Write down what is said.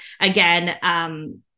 again